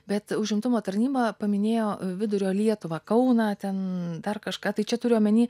bet užimtumo tarnyba paminėjo vidurio lietuvą kauną ten dar kažką tai čia turi omeny